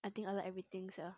I think I like everything sia